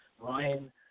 Ryan